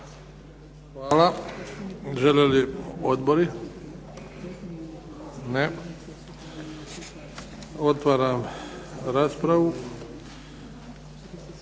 Hvala. Žele li odbori? Ne. Otvaram raspravu.